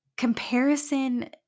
Comparison